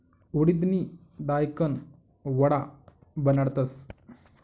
उडिदनी दायकन वडा बनाडतस